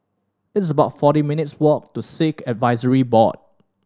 it's about forty minutes' walk to Sikh Advisory Board